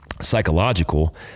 psychological